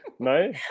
No